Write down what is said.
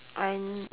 I'm